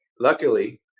luckily